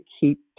keep